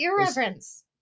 irreverence